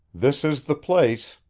this is the place,